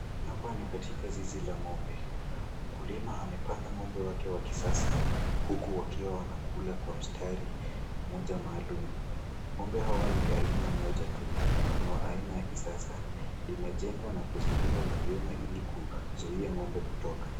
Hapa ni katika zizi la ng'ombe. Mkulima amepanga ng'ombe wake wa kisasa huku wakiwa wanakula kwa mstari moja maalum. Ng'ombe hawa ni aina moja tu, ni wa aina ya kisasa. Limejengwa na kuzingirwa na vyuma ili kuzuia ng'ombe kutoka.